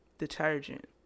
Detergent